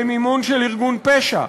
במימון של ארגון פשע,